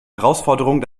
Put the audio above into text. herausforderungen